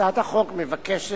הצעת החוק מבקשת